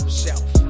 shelf